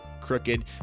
crooked